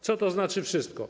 Co to znaczy: wszystko?